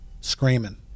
screaming